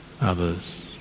others